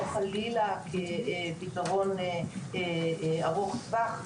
לא חלילה כפתרון ארוך טווח,